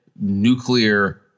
nuclear